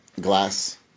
glass